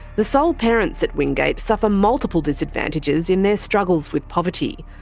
the sole parents at wingate suffer multiple disadvantages in their struggles with poverty.